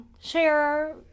share